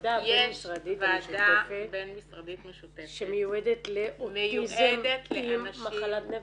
הוועדה הבין משרדית המשותפת שמיועדת לאוטיזם עם מחלת נפש?